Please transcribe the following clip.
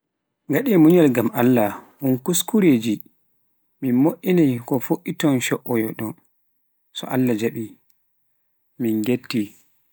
Gaɗe munyal gam Allah, un kuskureji, min mo'inai ko fu'iton co'oyoɗom, so Allah jabi, min ghetti.